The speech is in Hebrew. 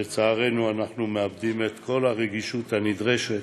לצערנו, אנחנו מאבדים את כל הרגישות הנדרשת,